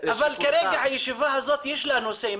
אבל כרגע, הישיבה הזו יש לה נושא.